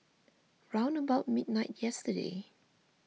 round about midnight yesterday